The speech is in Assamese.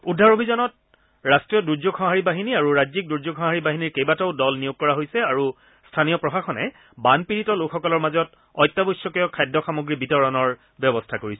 উদ্ধাৰ অভিযানত ৰাষ্ট্ৰীয় দূৰ্যোগ সঁহাৰি বাহিনী আৰু ৰাজ্যিক দূৰ্যোগ সঁহাৰি বাহিনীৰ কেইবাটাও দল নিয়োগ কৰা হৈছে আৰু স্থনীয় প্ৰশাসনে বানপীড়িত লোকসকলৰ মাজত অত্যাৱশ্যকীয় খাদ্য সামগ্ৰী বিতৰণৰ ব্যৱস্থা কৰিছে